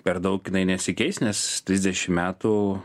per daug jinai nesikeis nes trisdešim metų